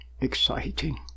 exciting